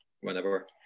whenever